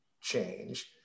change